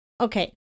Okay